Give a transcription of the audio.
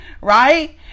right